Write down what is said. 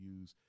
use